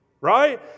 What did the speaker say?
Right